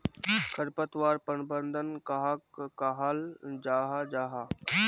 खरपतवार प्रबंधन कहाक कहाल जाहा जाहा?